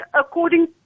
according